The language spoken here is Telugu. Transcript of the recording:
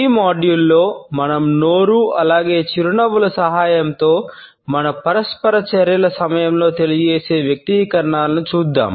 ఈ మాడ్యూల్లో మనం నోరు అలాగే చిరునవ్వుల సహాయంతో మన పరస్పర చర్యల సమయంలో తెలియజేసే వ్యక్తీకరణలను చూద్దాం